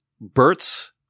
Bert's